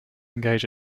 engage